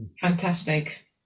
Fantastic